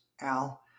Al